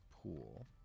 pool